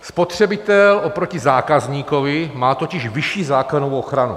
Spotřebitel oproti zákazníkovi má totiž vyšší zákonnou ochranu.